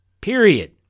Period